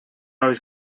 always